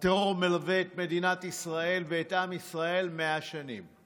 הטרור מלווה את מדינת ישראל ואת עם ישראל 100 שנים.